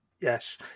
Yes